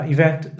Event